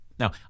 Now